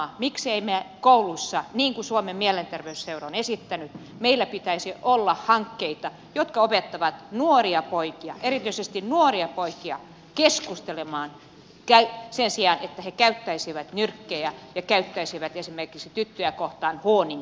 miksi ei meillä kouluissa niin kuin suomen mielenterveysseura on esittänyt ole hankkeita jotka opettavat nuoria poikia erityisesti nuoria poikia keskustelemaan sen sijaan että he käyttäisivät nyrkkejä ja käyttäisivät esimerkiksi tyttöjä kohtaan h alkuisia sanoja